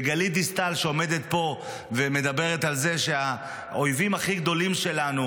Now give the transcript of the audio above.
וגלית דיסטל שעומדת פה ומדברת על זה שהאויבים הכי גדולים שלנו